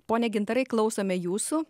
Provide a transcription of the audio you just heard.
pone gintarai klausome jūsų